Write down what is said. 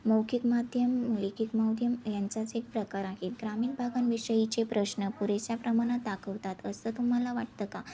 मौखिक माध्यम लिखित माध्यम यांचाच एक प्रकार आहे ग्रामीण भागांविषयीचे प्रश्न पुरेशा प्रमाणात दाखवतात असं तुम्हाला वाटतं का